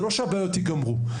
זה לא שהבעיות ייגמרו,